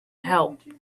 help